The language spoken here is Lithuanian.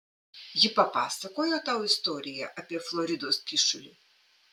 ji papasakojo tau istoriją apie floridos kyšulį